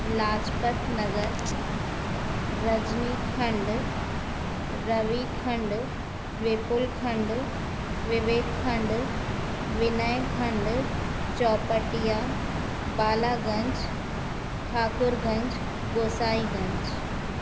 Lajpat Nagar Rajni Khand Ravi Khand Vipulkhand Vivek Khand Vinay Khand Chaupatiya Balaganj Thakurganj Gosai Ganj